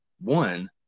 one